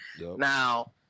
Now